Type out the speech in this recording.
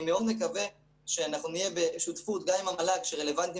אני מאוד מקווה שנהיה בשותפות גם עם המל"ג שרלוונטי